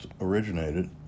originated